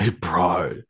Bro